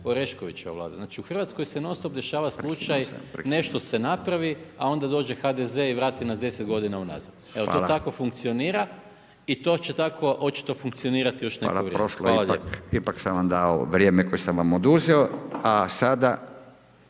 Oreškovićeva Vlada. Znači u Hrvatskoj se non-stop dešava slučaj nešto se napravi a onda dođe HDZ i vrati nas 10 g. unazad. Evo to tako funkcionira i to će tako očito funkcionirati još neko vrijeme. Hvala lijepa. **Radin, Furio (Nezavisni)** Hvala,